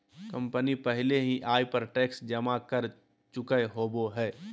company पहले ही आय पर टैक्स जमा कर चुकय होबो हइ